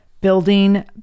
building